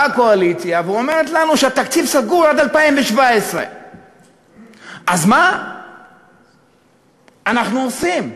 באה הקואליציה ואומרת לנו שהתקציב סגור עד 2017. אז מה אנחנו עושים?